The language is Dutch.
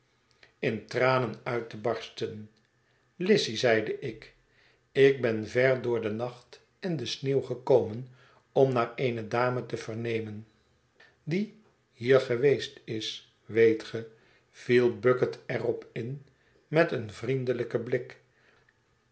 in tranen uit te barsten lizzy zeide ik ik ben ver door den nacht en de sneeuw gekomen om naar eene dame te vernemen die hier geweest is weet ge viel bucket er op in met een vriendelijken blik